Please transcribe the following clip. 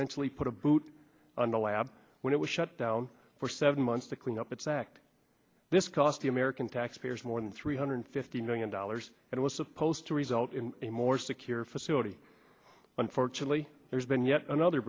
centrally put a boot on the lab when it was shut down for seven months to clean up its act this cost the american taxpayers more than three hundred fifty million dollars it was supposed to result in a more secure facility unfortunately there's been yet another